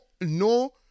no